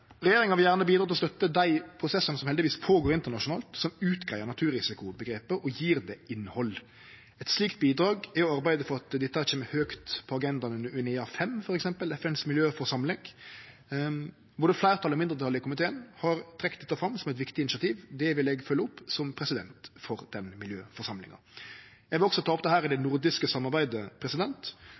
Regjeringa vil gjerne bidra til å støtte dei prosessane som heldigvis går føre seg internasjonalt, som greier ut naturrisikoomgrepet og gjev det innhald. Eit slikt bidrag er å arbeide for at dette kjem høgt på agendaen under UNEA-5 f.eks., FNs miljøforsamling. Både fleirtalet og mindretalet i komiteen har trekt dette fram som eit viktig initiativ. Det vil eg følgje opp som president for den miljøforsamlinga. Eg vil også ta dette opp i det nordiske samarbeidet.